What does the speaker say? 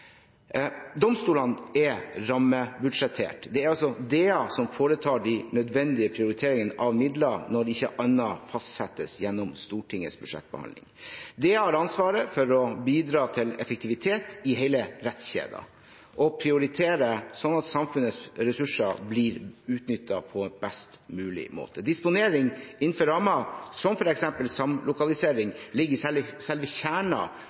Domstolene er rammebudsjettert – det er altså DA som foretar de nødvendige prioriteringene av midler når ikke annet fastsettes gjennom Stortingets budsjettbehandling. DA har ansvaret for å bidra til effektivitet i hele rettskjeden og prioritere sånn at samfunnets ressurser blir utnyttet på best mulig måte. Disponering innenfor rammen, som f.eks. samlokalisering, ligger i selve